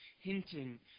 hinting